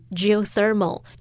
geothermal